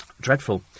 Dreadful